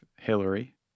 Hillary